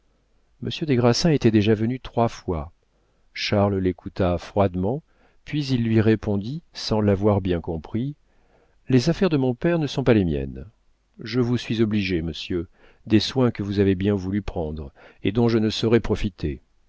monsieur des grassins était déjà venu trois fois charles l'écouta froidement puis il lui répondit sans l'avoir bien compris les affaires de mon père ne sont pas les miennes je vous suis obligé monsieur des soins que vous avez bien voulu prendre et dont je ne saurais profiter